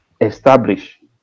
establish